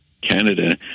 Canada